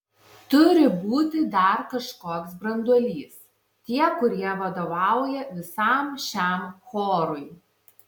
turi būti dar kažkoks branduolys tie kurie vadovauja visam šiam chorui